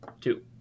Two